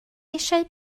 eisiau